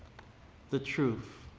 the truth